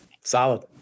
solid